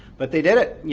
but they did it.